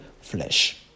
flesh